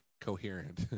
coherent